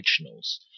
originals